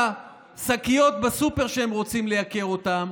מהשקיות בסופר, שהם רוצים לייקר אותן,